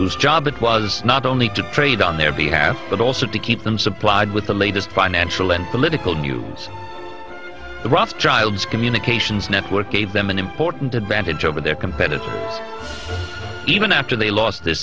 whose job it was not only to trade on their behalf but also to keep them supplied with the latest financial and political news the rough child's communications network gave them an important advantage over their competitors even after they lost th